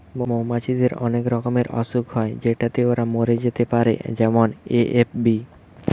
মৌমাছিদের অনেক রকমের অসুখ হয় যেটাতে ওরা মরে যেতে পারে যেমন এ.এফ.বি